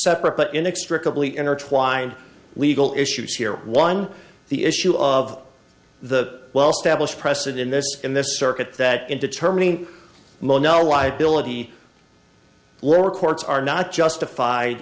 separate but inextricably intertwined legal issues here one the issue of the well established precedent in this in this circuit that in determining mono liability lower courts are not justified